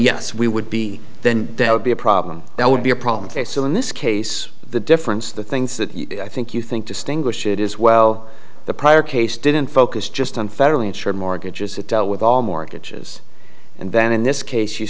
yes we would be then there would be a problem that would be a problem faced in this case the difference the things that i think you think distinguish it is well the prior case didn't focus just on federally insured mortgages that dealt with all mortgages and then in this case you